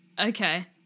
Okay